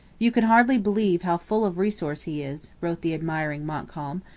you could hardly believe how full of resource he is wrote the admiring montcalm,